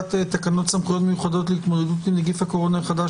בטיוטת תקנות סמכויות מיוחדות להתמודדות עם נגיף הקורונה החדש